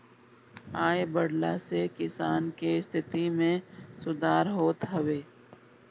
आय बढ़ला से किसान के स्थिति में सुधार होत हवे